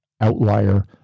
outlier